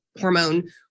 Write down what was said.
hormone